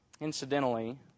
Incidentally